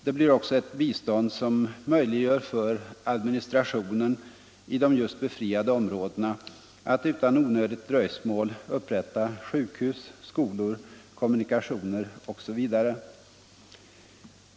Det blir också ett bistånd som möjliggör för administrationen i de just befriade områdena att utan onödigt dröjsmål upprätta sjukhus, skolor, kommunikationer osv.